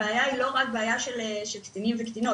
הבעיה היא לא רק של קטינים וקטינות.